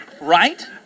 Right